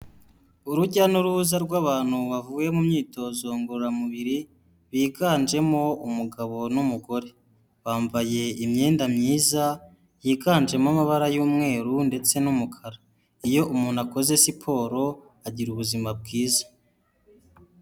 Urujya n'uruza rw'abantu bavuye mu myitozo ngororamubiri, biganjemo umugabo n'umugore. Bambaye imyenda myiza yiganjemo amabara y'umweru ndetse n'umukara. Iyo umuntu akoze siporo agira ubuzima bwiza.